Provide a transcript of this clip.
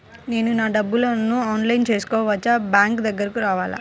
నేను నా డబ్బులను ఆన్లైన్లో చేసుకోవచ్చా? బ్యాంక్ దగ్గరకు రావాలా?